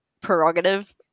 prerogative